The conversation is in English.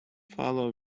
follow